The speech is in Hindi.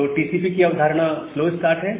तो टीसीपी की अवधारणा स्लो स्टार्ट है